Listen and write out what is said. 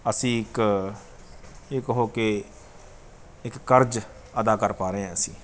ਅਸੀਂ ਇੱਕ ਇੱਕ ਹੋ ਕੇ ਇੱਕ ਕਰਜ਼ ਅਦਾ ਕਰ ਪਾ ਰਹੇ ਹਾਂ ਅਸੀਂ